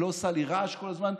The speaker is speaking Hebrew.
היא לא עושה לי רעש כל הזמן,